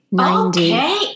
Okay